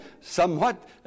somewhat